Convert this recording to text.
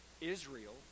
Israel